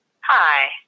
Hi